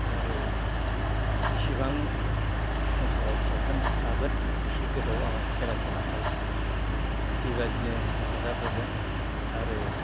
आरो जेसेबां संसाराव थागोन एसे गोबाव आङो खेला दुलाखौ बेबायदिनो हेफाजाब होगोन आरो